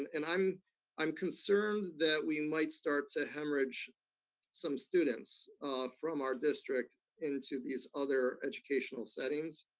and and i'm i'm concerned that we might start to hemorrhage some students from our district into these other educational settings,